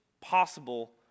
possible